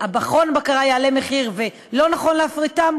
שמכון בקרה יביא להעלאת מחיר ולא נכון להפריט זאת,